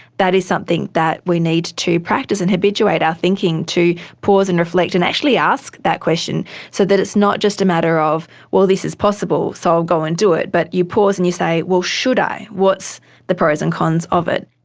that is something that we need to practice and habituate our thinking to pause and reflect and actually ask that question so that it's not just a matter of, well, this is possible so i'll go and do it, but you pause and you say, well, should i? what are the pros and cons of it?